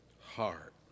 heart